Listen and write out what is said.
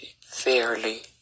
fairly